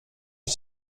you